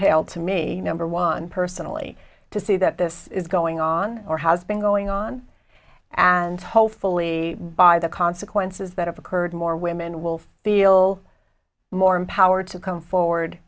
pale to me number one personally to see that this is going on or has been going on and hopefully by the consequences that have occurred more women will feel more empowered to come forward